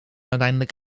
uiteindelijk